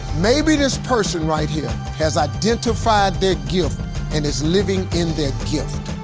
maybe this person right here has identified their gift and is living in their gift?